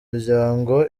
miryango